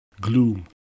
Gloom